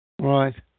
Right